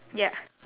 ya